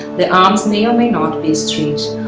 the arms may or may not be straight.